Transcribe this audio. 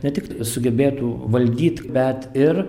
ne tikt sugebėtų valdyt bet ir